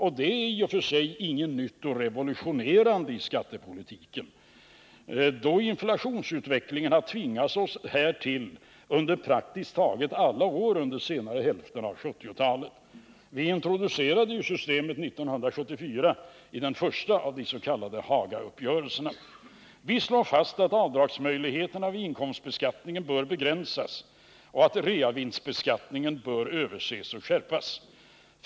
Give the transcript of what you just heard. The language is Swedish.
Det är i och för sig inte något nytt och revolutionerande i skattepolitiken, då inflationsutvecklingen har tvingat oss härtill under praktiskt taget alla år under senare hälften av 1970-talet. Vi introducerade ju systemet 1974 vid den första av de s.k. Hagauppgörelserna. Vi slår fast att avdragsmöjligheterna vid inkomstbeskattningen bör begränsas och att realisationsvinstbeskattningen bör överses och skärpas.